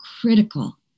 critical